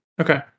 Okay